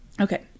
Okay